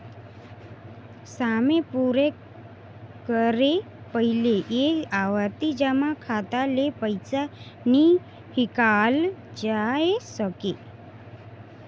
समे पुरे कर पहिले ए आवरती जमा खाता ले पइसा नी हिंकालल जाए सके